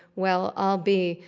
well, i'll be.